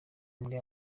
muri